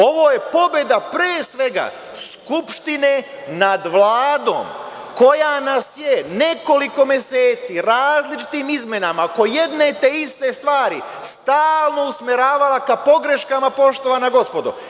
Ovo je pobeda, pre svega, Skupštine nad Vladom koja nas je nekoliko meseci različitim izmenama oko jedne te iste stvari stalno usmeravala ka pogreškama, poštovana gospodo.